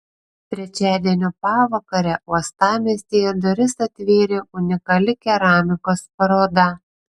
trečiadienio pavakarę uostamiestyje duris atvėrė unikali keramikos paroda